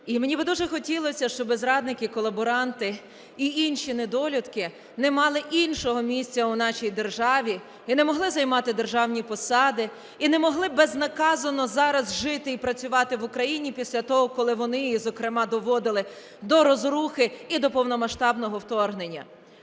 І мені би дуже хотілося, щоб зрадники, колаборанти і інші недолюдки не мали іншого місця у нашій державі, і не могли займати державні посади, і не могли безнаказано зараз жити і працювати в Україні, після того, коли вони її, зокрема, доводили до розрухи і до повномасштабного вторгнення.